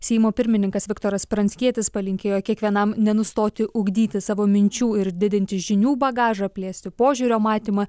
seimo pirmininkas viktoras pranckietis palinkėjo kiekvienam nenustoti ugdyti savo minčių ir didinti žinių bagažą plėsti požiūrio matymą